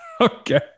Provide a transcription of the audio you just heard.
okay